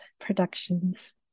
productions